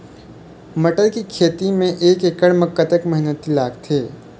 मटर के खेती म एक एकड़ म कतक मेहनती लागथे?